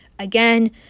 Again